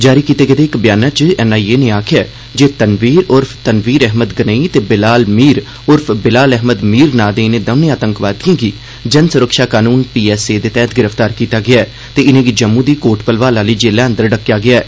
जारी कीते गेदे इक बयाना च एनआईए नै आखेआ ऐ जे तनवीर उर्फ तनवीर अहमद गनेई ते बिलाल मीर उर्फ बिलाल अहमद मीर नांऽ दे इनें दौंने आतंकवादिएं गी जन सुरक्षा कानून पी एस ए दे तैहत गिरफ्तार कीता ऐ ते इनें'गी जम्मू दी कोट भलवाल आह्ली जेलै अंदर डक्केआ गेआ ऐ